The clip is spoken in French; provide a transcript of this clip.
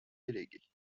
déléguées